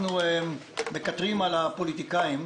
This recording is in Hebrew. אנחנו מקטרים על הפוליטיקאים,